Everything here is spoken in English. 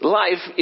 life